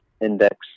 index